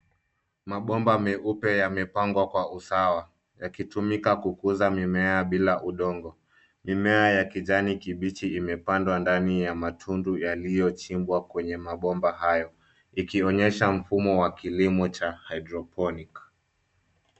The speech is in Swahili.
Mabomba meupe yamepangwa kwa usawa yakitumika kukuza mimea bila udongo. Mimea ya kijani kibichi imepandwa ndani ya matundu yaliyochimbwa kwenye mabomba hayo ikionyesha mfumo wa kilimo cha hydroponic .